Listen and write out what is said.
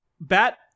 Bat